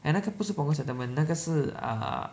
and 那个不是 Punggol settlement 那个是 err